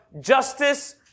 justice